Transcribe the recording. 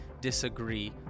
disagree